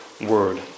Word